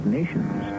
nations